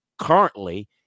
currently